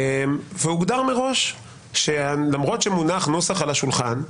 והוגדר מראש שלמרות שמונח נוסח על השולחן,